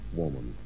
woman